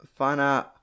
Fana